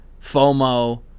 FOMO